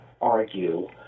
argue